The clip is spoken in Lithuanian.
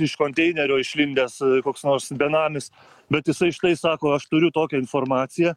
iš konteinerio išlindęs koks nors benamis bet jisai štai sako aš turiu tokią informaciją